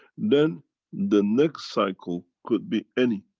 then the next cycle could be any.